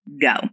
go